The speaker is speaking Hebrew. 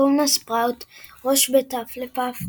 פומונה ספראוט – ראש בית הפלפאף,